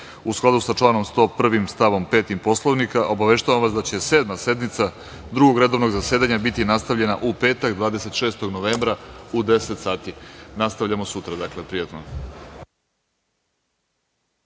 skladu sa članom 101. stavom 5. Poslovnika, obaveštavam vas da će Sedma sednica Drugog redovnog zasedanja biti nastavljena u petak 26. novembra u 10.00 sati. Dakle nastavljamo sutra.